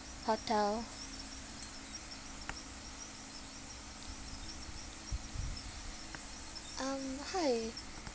hotel um hi